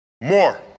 More